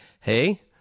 hey